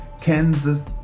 Kansas